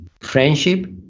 friendship